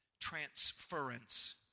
transference